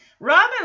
Robin